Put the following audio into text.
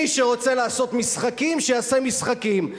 מי שרוצה לעשות משחקים, שיעשה משחקים.